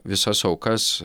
visas aukas